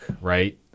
right